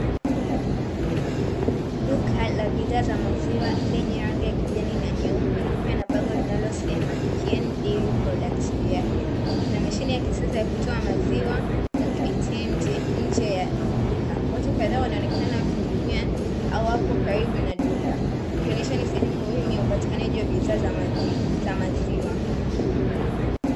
Duka la bidhaa za maziwa lenye rangi ya kijani na nyeupe likiwa na bango linalosema "KIENI DAIRY PRODUCTS" juu yake. Kuna mashine ya kisasa ya kutoa maziwa "MILK ATM" nje ya duka. Watu kadhaa wanaonekana wakihudumiwa au wapo karibu na duka, ikionyesha ni sehemu muhimu ya upatikanaji wa bidhaa za maziwa.